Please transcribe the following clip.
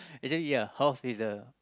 actually ya house is a